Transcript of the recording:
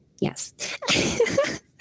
yes